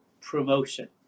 promotion